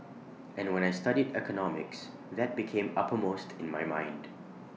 and when I studied economics that became uppermost in my mind